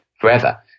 forever